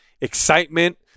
excitement